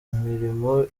imirimo